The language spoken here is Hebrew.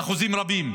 באחוזים רבים: